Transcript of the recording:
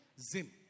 Zim